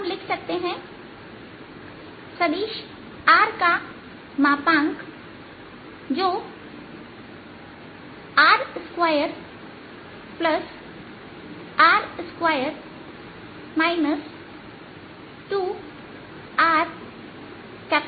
हम लिख सकते हैं कि सदिश R का मापांक जो r2R2 2rR cos z z2है